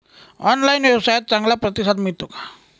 Online व्यवसायात चांगला प्रतिसाद मिळतो का?